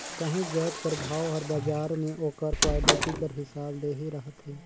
काहींच जाएत कर भाव हर बजार में ओकर क्वालिटी कर हिसाब ले ही रहथे